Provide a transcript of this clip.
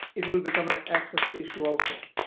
it will become an access issue also,